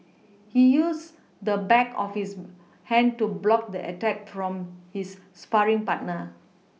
he used the back of his hand to block the attack from his sparring partner